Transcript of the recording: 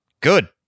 Good